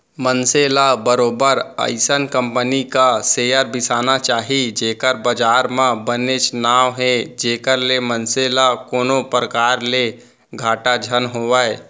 मनसे ल बरोबर अइसन कंपनी क सेयर बिसाना चाही जेखर बजार म बनेच नांव हे जेखर ले मनसे ल कोनो परकार ले घाटा झन होवय